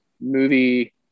movie